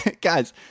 guys